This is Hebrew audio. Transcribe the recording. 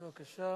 בבקשה.